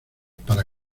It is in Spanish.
para